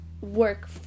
work